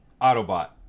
Autobot